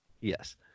yes